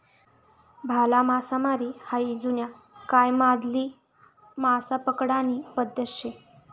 भाला मासामारी हायी जुना कायमाधली मासा पकडानी पद्धत शे